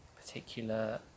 particular